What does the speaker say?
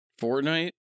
Fortnite